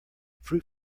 fruit